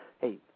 hey